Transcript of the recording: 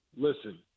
Listen